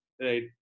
right